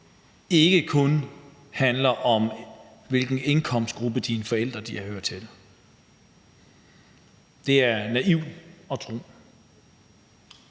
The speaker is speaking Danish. ikke kun handler om, hvilken indkomstgruppe dine forældre hører til. Det er naivt at tro.